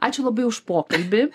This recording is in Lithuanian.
ačiū labai už pokalbį